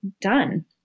done